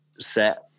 set